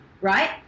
Right